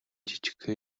жижигхэн